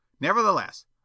Nevertheless